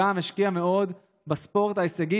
השקיעה מאוד בספורט ההישגי.